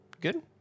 good